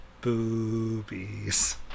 boobies